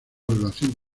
relación